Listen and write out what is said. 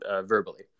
verbally